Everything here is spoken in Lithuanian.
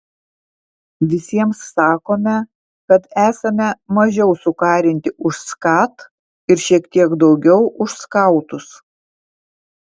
visiems sakome kad esame mažiau sukarinti už skat ir šiek tiek daugiau už skautus